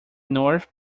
north